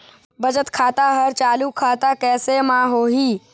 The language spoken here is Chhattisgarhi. बचत खाता हर चालू खाता कैसे म होही?